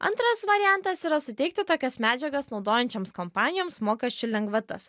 antras variantas yra suteikti tokias medžiagas naudojančioms kompanijoms mokesčių lengvatas